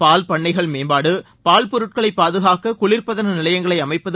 பால் பண்ணைகள் மேம்பாடு பால் பொருட்களை பாதுகாக்க குளிர்பதன நிலையங்களை அமைப்பது